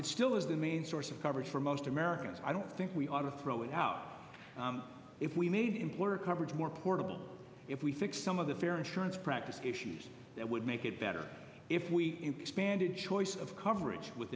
it still is the main source of coverage for most americans i don't think we ought to throw it out if we made employer coverage more portable if we think some of the fair insurance practices that would make it better if we expanded choice of coverage with